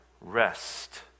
rest